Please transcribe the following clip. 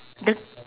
the